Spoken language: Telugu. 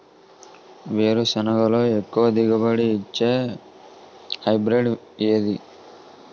వేరుసెనగ లో ఎక్కువ దిగుబడి నీ ఇచ్చే హైబ్రిడ్ ఏది?